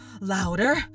louder